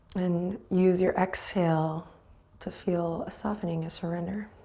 and use your exhale to feel a softening, a surrender.